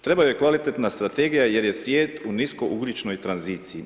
Treba joj kvalitetna strategija jer je svijet u nisko ugljičnoj tranziciji.